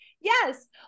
yes